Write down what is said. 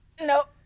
nope